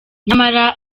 nyamara